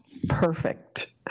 Perfect